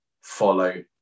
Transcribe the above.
follow